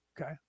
Okay